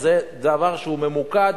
זה דבר שהוא ממוקד